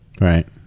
Right